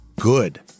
good